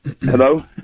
Hello